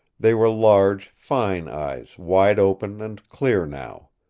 they were large, fine eyes, wide open and clear now.